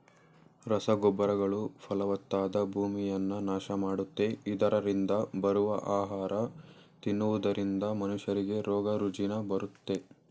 ರಸಗೊಬ್ಬರಗಳು ಫಲವತ್ತಾದ ಭೂಮಿಯನ್ನ ನಾಶ ಮಾಡುತ್ತೆ, ಇದರರಿಂದ ಬರುವ ಆಹಾರ ತಿನ್ನುವುದರಿಂದ ಮನುಷ್ಯರಿಗೆ ರೋಗ ರುಜಿನ ಬರುತ್ತೆ